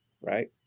right